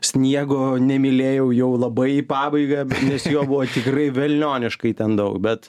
sniego nemylėjau jau labai į pabaigą nes jo buvo tikrai velnioniškai ten daug bet